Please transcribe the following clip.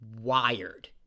wired